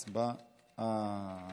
חבר הכנסת ינון אזולאי,